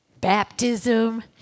Baptism